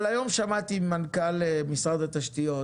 אבל, היום שמעתי ממנכ"ל משרד התשתיות